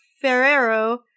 Ferrero